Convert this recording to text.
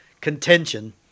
contention